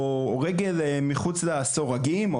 או רגל מחוץ לסורגים,